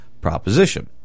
proposition